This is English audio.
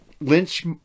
Lynch